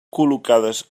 col·locades